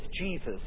Jesus